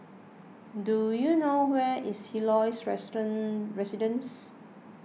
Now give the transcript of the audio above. do you know where is Helios Residences